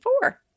four